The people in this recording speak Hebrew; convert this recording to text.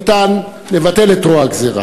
או האם ניתן לבטל את רוע הגזירה?